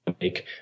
make